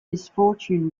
misfortune